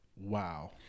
wow